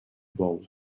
bou